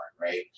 right